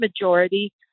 majority